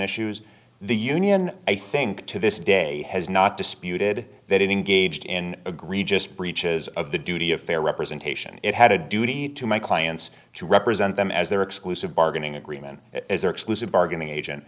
issues the union i think to this day has not disputed that it engaged in agree just breaches of the duty of fair representation it had a duty to my clients to represent them as their exclusive bargaining agreement as their exclusive bargaining agent